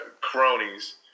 cronies